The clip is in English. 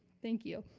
thank you